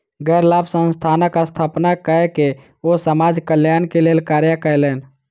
गैर लाभ संस्थानक स्थापना कय के ओ समाज कल्याण के लेल कार्य कयलैन